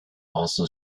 also